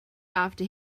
after